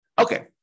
Okay